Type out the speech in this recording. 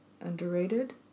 underrated